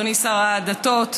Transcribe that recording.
אדוני שר הדתות,